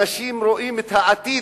אנשים שרואים את העתיד,